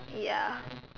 ya